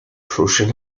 prussian